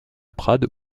prades